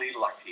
lucky